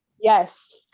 Yes